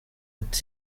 ati